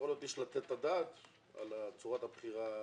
יכול להיות שצריך לתת את הדעת על צורת הבחירה בעתיד.